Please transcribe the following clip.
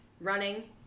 running